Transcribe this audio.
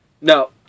No